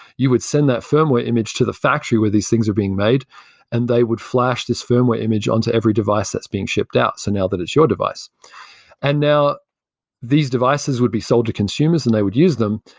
you would send that firmware image to the factory where these things are being made and they would flash this firmware image onto every device device that's being shipped out, so now that it's your device and now these devices would be sold to consumers and they would use them.